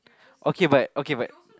okay but okay but